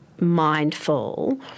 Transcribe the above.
mindful